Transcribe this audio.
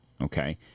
okay